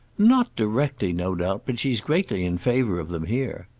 not directly, no doubt but she's greatly in favour of them here.